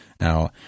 Now